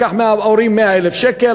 לקח מההורים 100,000 שקל,